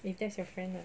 if that's your friend lah